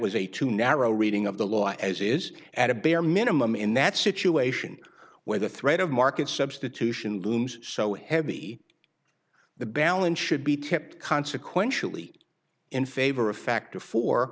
was a too narrow reading of the law as it is at a bare minimum in that situation where the threat of market substitution looms so heavy the balance should be tipped consequentially in favor of factor for